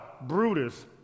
Brutus